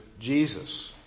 Jesus